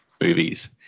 movies